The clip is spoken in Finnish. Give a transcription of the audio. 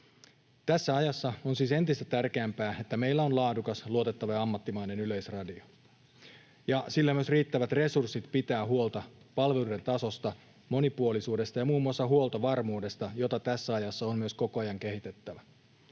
Tässä ajassa on siis entistä tärkeämpää, että meillä on laadukas, luotettava ja ammattimainen Yleisradio ja sillä on myös riittävät resurssit pitää huolta palveluiden tasosta, monipuolisuudesta ja muun muassa huoltovarmuudesta, jota tässä ajassa on myös koko ajan kehitettävä.